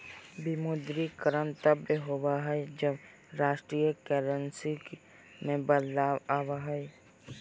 विमुद्रीकरण तब होबा हइ, जब राष्ट्रीय करेंसी में बदलाव आबा हइ